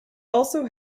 also